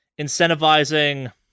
incentivizing